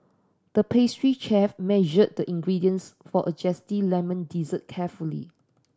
the pastry chef measured the ingredients for a zesty lemon dessert carefully